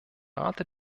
rate